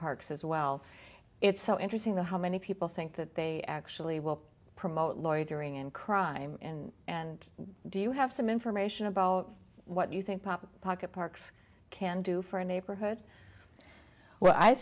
parks as well it's so interesting though how many people think that they actually will promote loitering and crime and and do you have some information about what you think pop pocket parks can do for a neighborhood well